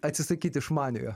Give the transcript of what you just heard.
atsisakyt išmaniojo